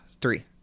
three